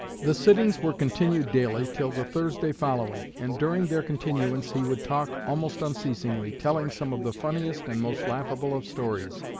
the sittings were continued daily till the thursday following and during their continuance he would talk almost unceasingly, telling some of the funniest and most laughable of stories,